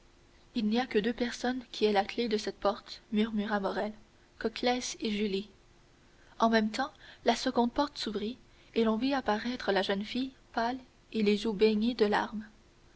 il n'y a que deux personnes qui aient la clef de cette porte murmura morrel coclès et julie en même temps la seconde porte s'ouvrit et l'on vit apparaître la jeune fille pâle et les joues baignées de larmes